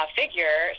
figure